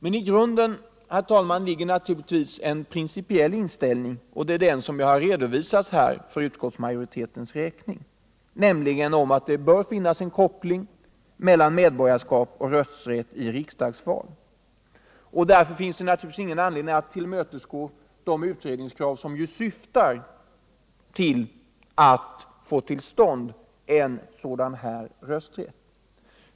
Men i grunden, herr talman, ligger naturligtvis en principell inställning, och det är den som jag har redovisat här för utskottsmajoritetens räkning, nämligen att det bör finnas en koppling mellan medborgarskap och rösträtt till riksdagsval. Därför finns det naturligtvis ingen anledning att tillmötesgå det utredningskrav som syftar till att få till stånd sådan rösträtt.